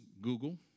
Google